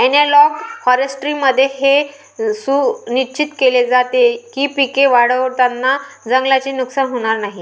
analogue फॉरेस्ट्रीमध्ये हे सुनिश्चित केले जाते की पिके वाढवताना जंगलाचे नुकसान होणार नाही